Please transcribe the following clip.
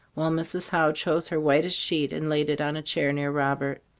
while mrs. howe chose her whitest sheet, and laid it on a chair near robert.